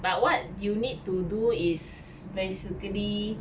but what you need to do is basically